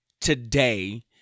today